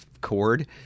cord